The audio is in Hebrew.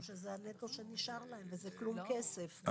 משום שזה הנטו שנשאר להם, וזה כלום כסף.